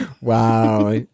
Wow